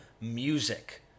music